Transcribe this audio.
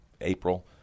april